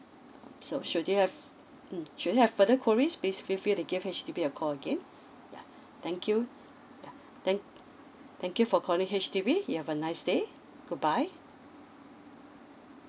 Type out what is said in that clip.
so should you have mm should you have further queries please feel to give H_D_B a call again yeah thank you yeah thank thank you for calling H_D_B you have a nice day goodbye